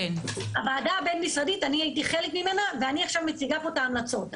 אני הייתי חלק מהוועדה הבין-משרדית ואני עכשיו מציגה פה את ההמלצות.